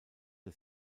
der